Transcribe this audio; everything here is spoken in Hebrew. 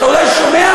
אתה אולי שומע,